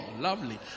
lovely